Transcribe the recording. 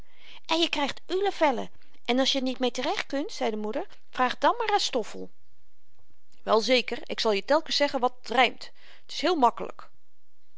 en je krygt ulevellen en als je r niet meê terecht kunt zei de moeder vraag het dan maar aan stoffel wel zeker ik zal je telkens zeggen wat rymt t is heel makkelyk